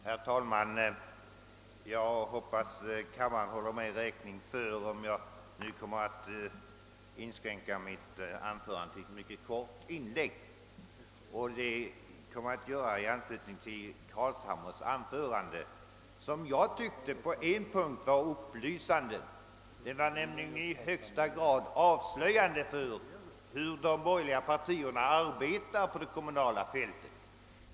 Herr talman! Jag hoppas att kammarens ledamöter håller mig räkning för att jag nu kommer att inskränka mig till ett mycket kort inlägg, som jag skall anknyta till herr Carlshamres anförande, vilket jag tyckte på en punkt var upplysande. Det var nämligen i högsta grad avslöjande för hur de borgerliga partierna arbetar på det kommunala fältet.